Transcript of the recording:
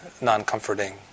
non-comforting